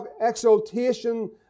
exaltation